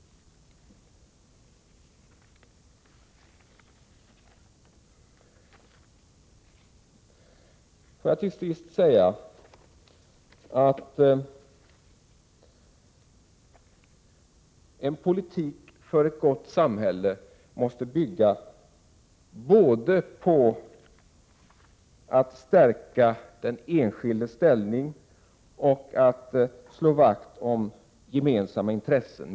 Får jag till sist säga att en politik för ett gott samhälle måste bygga både på att stärka den enskildes ställning och att slå vakt om gemensamma intressen.